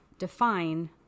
define